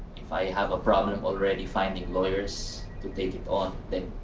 if i have a problem already, finding lawyers to take it on, then